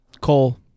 Cole